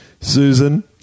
susan